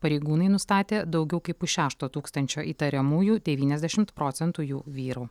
pareigūnai nustatė daugiau kaip pusšešto tūkstančio įtariamųjų devyniasdešim procentų jų vyrų